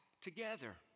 together